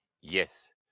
Yes